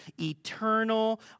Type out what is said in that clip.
eternal